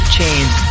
chains